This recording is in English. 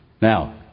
Now